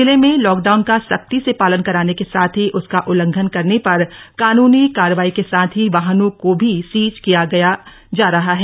जिले में लॉकडाउन का सख्ती से पालन कराने के साथ ही उसका उल्लंघन करने पर कानूनी कार्यवाही के साथ ही वाहनों को भी सीज किया गया जा रहा है